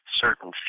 certain